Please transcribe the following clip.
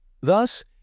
Thus